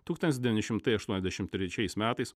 tūkstantis devyni šimtai aštuoniasdešim trečiais metais